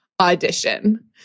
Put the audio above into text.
audition